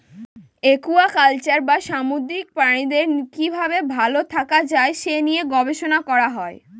aquaculture বা সামুদ্রিক প্রাণীদের কি ভাবে ভালো থাকা যায় সে নিয়ে গবেষণা করা হয়